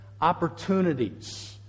Opportunities